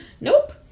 Nope